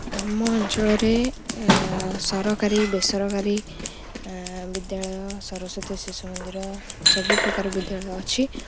ଆମ ଅଞ୍ଚଳରେ ସରକାରୀ ବେସରକାରୀ ବିଦ୍ୟାଳୟ ସରସ୍ୱତୀ ଶିଶୁ ମନ୍ଦିର ସବୁ ପ୍ରକାର ବିଦ୍ୟାଳୟ ଅଛି